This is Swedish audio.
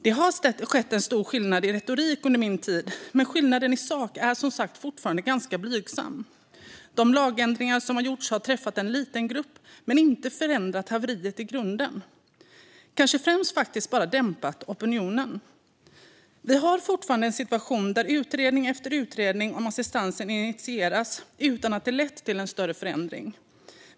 Det har skett en stor skillnad i retorik under min tid, men skillnaden i sak är som sagt fortfarande ganska blygsam. De lagändringar som gjorts har träffat en liten grupp men inte förändrat haveriet i grunden utan kanske främst faktiskt bara dämpat opinionen. Vi har fortfarande en situation där utredning efter utredning om assistansen initieras utan att det leder till en större förändring.